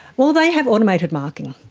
well, they have automated marking.